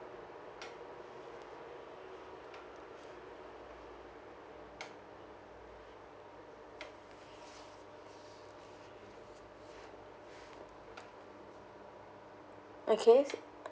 okay